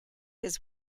his